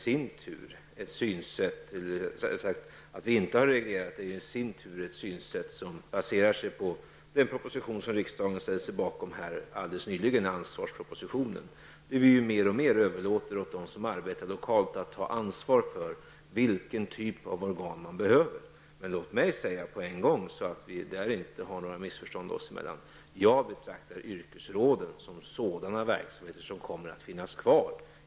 Detta beror på ett synsätt som baserar sig på ansvarspropositionen, som riksdagen nyligen ställde sig bakom. Vi vill mer och mer överlåta åt dem som arbetar lokalt att ta ansvar för vilken typ av organ man behöver. För att det inte skall uppstå några missförstånd mellan oss vill jag genast säga att jag betraktar yrkesråden som sådana verksamheter som kommer att finnas kvar.